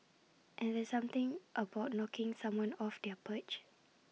and there's something about knocking someone off their perch